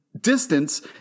Distance